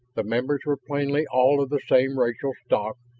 the members were plainly all of the same racial stock,